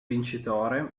vincitore